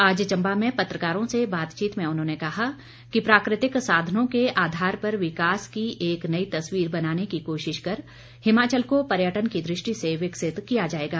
आज चम्बा में पत्रकारों से बातचीत में उन्होंने कहा कि प्राकृतिक साधनों के आधार पर विकास की एक नई तस्वीर बनाने की कोशिश कर हिमाचल को पर्यटन की दृष्टि से विकसित किया जाएगा